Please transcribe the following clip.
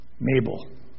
Mabel